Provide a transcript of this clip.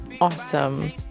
awesome